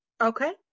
Okay